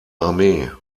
armee